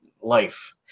life